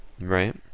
Right